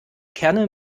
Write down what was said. kerne